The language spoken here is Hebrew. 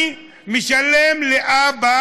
אני משלם לאבא